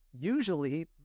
usually